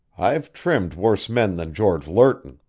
i've trimmed worse men than george lerton.